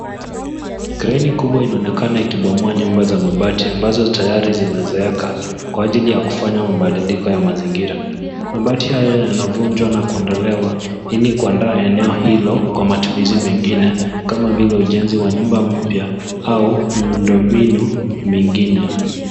Kreni kubwa inaonekana ikibomoa nyumba za mabati ambazo tayari zimezeeka kwa ajili ya kufanya mabadiliko ya mazingira. Mabati haya yanavunjwa na kuondolewa ili kuandaa eneo hilo kwa matumizi mengine kama vile ujenzi wa nyumba mpya au miundo mbinu mingine.